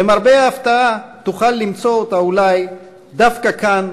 למרבה ההפתעה תוכל למצוא אותה אולי דווקא כאן,